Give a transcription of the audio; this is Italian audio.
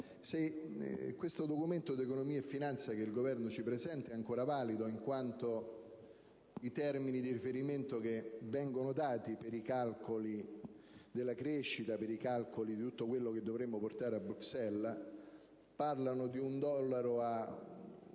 se questo Documento di economia e finanza che il Governo ci presenta è ancora valido, in quanto i termini di riferimento assunti per i calcoli della crescita e gli altri parametri a tutto quello che dovremmo comunicare a Bruxelles parlano di un rapporto tra